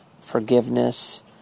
forgiveness